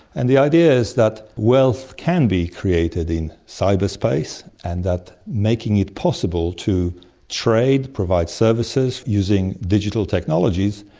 and the idea is that wealth can be created in cyberspace, and that making it possible to trade, provide services using digital technologies,